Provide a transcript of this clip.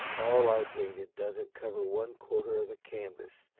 all i painted doesn't cover one quarter of the canvas,